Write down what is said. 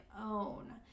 own